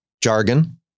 jargon